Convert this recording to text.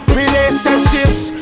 relationships